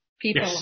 people